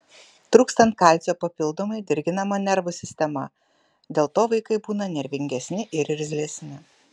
trūkstant kalcio papildomai dirginama nervų sistema dėl to vaikai būna nervingesni ir irzlesni